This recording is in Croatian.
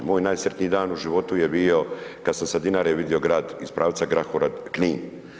Moj najsretniji dan u životu je bio kad sam sa Dinare vidio grad iz pravca Grahora Knin.